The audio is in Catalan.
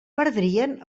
perdrien